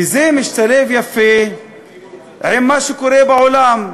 וזה משתלב יפה עם מה שקורה בעולם,